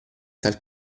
tal